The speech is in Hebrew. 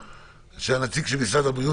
מבקש שהנציג של משרד הבריאות